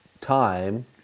time